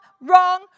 Wrong